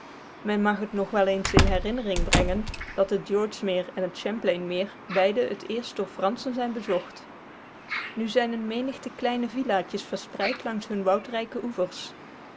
men mag het nog wel eens in herinnering brengen dat het george meer en het champlainmeer beide het eerst door franschen zijn bezocht nu zijn een menigte kleine villa'tjes verspreid langs hunne woudrijke oevers